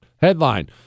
Headline